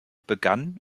begann